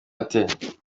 ate